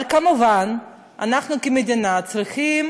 אבל, כמובן, אנחנו, כמדינה, צריכים